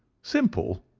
simple!